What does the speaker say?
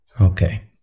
Okay